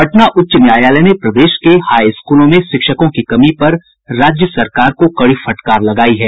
पटना उच्च न्यायालय ने प्रदेश के हाई स्कूलों में शिक्षकों की कमी पर राज्य सरकार को कड़ी फटकार लगायी है